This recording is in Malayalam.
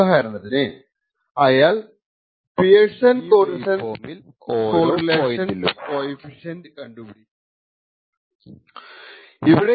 ഉദാഹാരണത്തിന് അയാൾ പിയർസൺ കോറിലേഷൻ കോഫിഷ്യന്റ് കണ്ടുപിടിക്കും ഓരോ പോയിന്റിലും ഈ വേവ് ഫോമിൽ